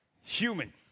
human